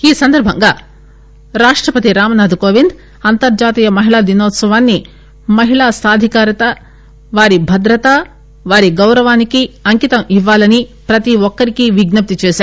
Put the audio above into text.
ఈ సందర్బంగా రాష్టపతి రామ్ నాధ్ కోవింద్ అంతర్జాతీయ మ హిళా దినోత్పవాన్ని మహిళా సాధికారత వారి భద్రత వారి గౌరవానికి అంకితం ఇవ్వాలని ప్రతి ఒక్కరికీ విజ్న ప్తి చేశారు